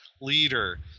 leader